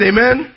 Amen